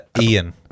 Ian